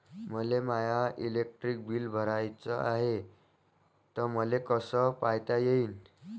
मले माय electric bill भराचं हाय, ते मले कस पायता येईन?